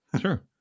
Sure